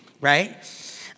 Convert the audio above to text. right